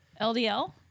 LDL